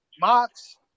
Mox